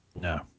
No